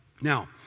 Now